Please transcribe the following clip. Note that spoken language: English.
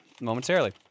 momentarily